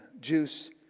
juice